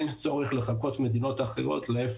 אין צורך לחקות מדינות אחרות אלא להיפך.